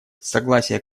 согласия